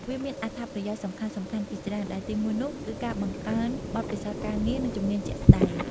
វាមានអត្ថប្រយោជន៍សំខាន់ៗជាច្រើន ដែលទីមួយនោះគឺការបង្កើនបទពិសោធន៍ការងារ និងជំនាញជាក់ស្តែង ។